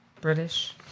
British